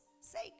sake